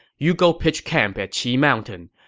you go pitch camp at qi mountain.